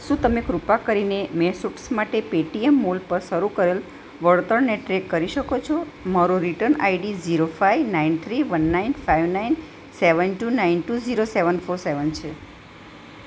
શું તમે કૃપા કરીને મેં સુટ્સ માટે પેટીએમ મોલ પર શરૂ કરેલ વળતરને ટ્રેક કરી શકો છો મારો return ID zero five nine three one nine five nine seven two nine two zero seven four seven છે